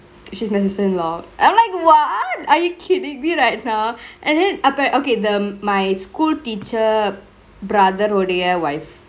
she's my sister-in-law I'm like what are you kiddingk me right now and then appa~ okay the my school teacher brother ருடிய:rudiya wife